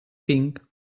tinc